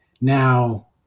Now